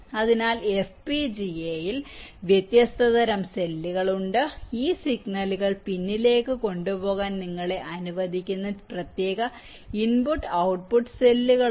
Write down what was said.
അതിനാൽ FPGA ൽ വ്യത്യസ്ത തരം സെല്ലുകൾ ഉണ്ട് ഈ സിഗ്നലുകൾ പിന്നുകളിലേക്ക് കൊണ്ടുപോകാൻ നിങ്ങളെ അനുവദിക്കുന്ന പ്രത്യേക ഇൻപുട്ട് ഔട്ട്പുട്ട് സെല്ലുകൾ ഉണ്ട്